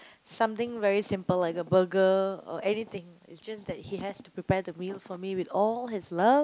something very simple like a burger or anything it's just that he has to prepare the meal for me with all his love